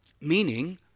meaning